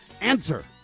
Answer